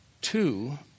two